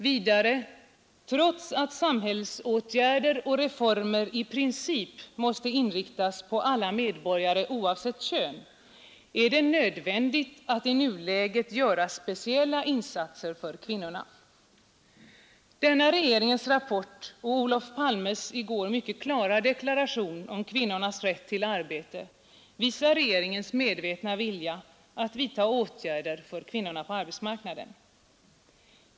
Vidare: ”Trots att samhällsåtgärder och reformer i princip måste riktas in på alla medborgare oavsett kön är det nödvändigt att i nuläget göra speciella insatser för kvinnorna.” Denna regeringens rapport och Olof Palmes i går mycket klara deklaration om kvinnornas rätt till arbete visar regeringens medvetna vilja att vidta åtgärder för kvinnorna på arbetsmarknaden.